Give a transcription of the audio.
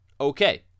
okay